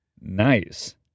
Nice